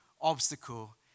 obstacle